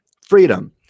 freedom